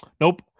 Nope